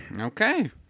Okay